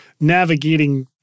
navigating